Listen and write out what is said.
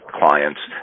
clients